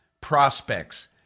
prospects